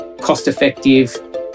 cost-effective